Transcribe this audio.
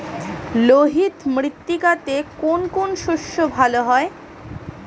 লোহিত মৃত্তিকাতে কোন কোন শস্য ভালো হয়?